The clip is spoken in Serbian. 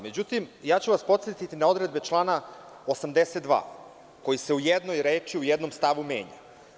Međutim, ja ću vas podsetiti na odredbe člana 82. koji se u jednoj reči u jednom stavu menja.